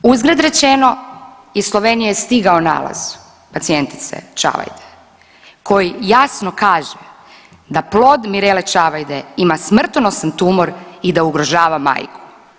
Uzgred rečeno, iz Slovenije je stigao nalaz pacijentice Čavajde koji jasno kaže da plod Mirele Čavajde ima smrtonosan tumor i da ugrožava majku.